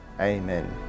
Amen